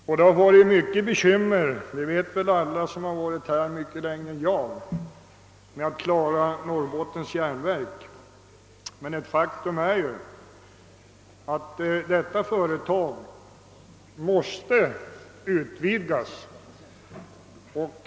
Vi har haft mycket bekymmer — det vet alla de som har varit här i riksdagen längre än jag — med Norrbottens järnverk. Ett faktum är ändå att detta företag nu måste utvidgas.